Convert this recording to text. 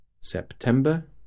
September